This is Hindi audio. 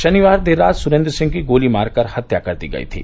शनिवार देर रात सुरेन्द्र सिंह की गोली मार कर हत्या कर दी गई थी